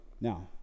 Now